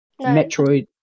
Metroid